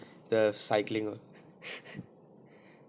the cycling [one]